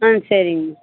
ஆ சரிங்க மேம்